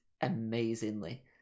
amazingly